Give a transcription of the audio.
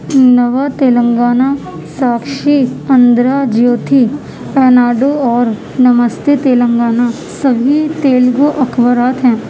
نوا تلنگانہ ساکشی آندھرا جیوتھی ایناڈو اور نمستے تلنگانہ سبھی تیلگو اخبارات ہیں